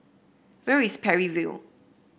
where is Parry View